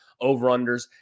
over-unders